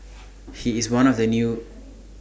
he is one of the new